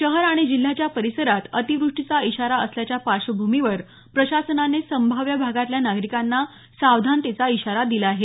शहर आणि जिल्ह्याच्या परिसरात अतिवृष्टीचा इशारा असल्याच्या पार्श्वभूमीवर प्रशासनानं संभाव्य भागातल्या नागरिकांना सावधानतेचा इशारा दिला आहे